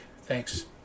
Thanks